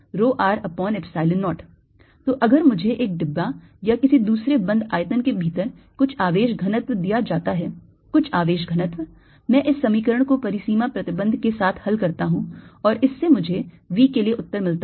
2Vr ρ0 तो अगर मुझे एक डिब्बा या किसी दूसरे बंद आयतन के भीतर कुछ आवेश घनत्व दिया जाता है कुछ आवेश घनत्व मैं इस समीकरण को परिसीमा प्रतिबंध के साथ हल करता हूं और इससे मुझे V के लिए उत्तर मिलता है